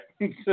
right